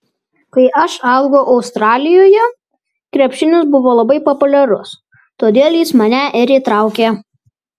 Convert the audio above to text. kai aš augau australijoje krepšinis buvo labai populiarus todėl jis mane ir įtraukė